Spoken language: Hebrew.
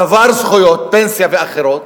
צבר זכויות פנסיה ואחרות,